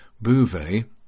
Bouvet